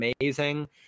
amazing